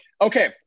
okay